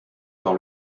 par